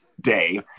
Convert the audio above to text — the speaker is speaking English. day